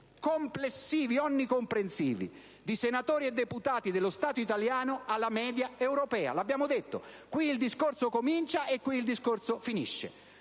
complessivi, onnicomprensivi, di senatori e deputati dello Stato italiano alla media europea. Lo abbiamo detto, qui il discorso comincia e qui finisce.